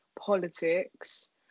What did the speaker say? politics